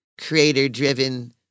creator-driven